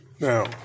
Now